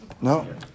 No